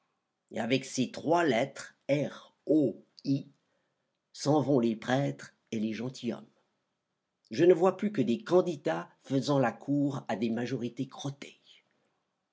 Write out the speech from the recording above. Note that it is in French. et avec ces trois lettres r o i s'en vont les prêtres et les gentilshommes je ne vois plus que des candidats faisant la cour à des majorités crottées